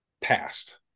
past